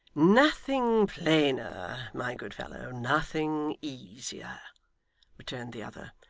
nothing plainer, my good fellow, nothing easier returned the other,